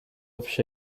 vše